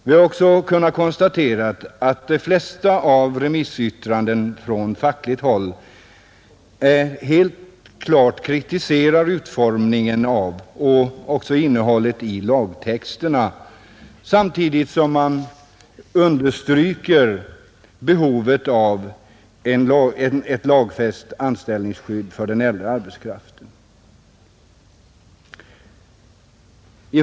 Vi har också kunnat konstatera, att de flesta remissyttrandena från fackligt håll klart kritiserar utformningen av och innehållet i lagtexterna samtidigt som behovet av lagfäst anställningsskydd för den äldre arbetskraften understrykes.